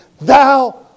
Thou